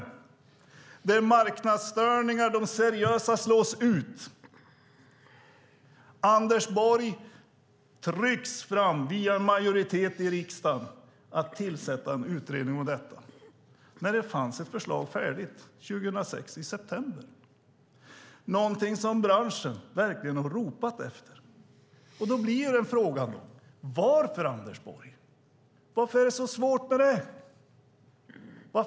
Det är fråga om marknadsstörningar där de seriösa slås ut. Anders Borg utsätts för trycket från en majoritet i riksdagen att tillsätta en utredning. Men det fanns ett förslag färdigt i september 2006. Det är något som branschen verkligen har ropat efter. Då blir frågan: Varför, Anders Borg, är det så svårt?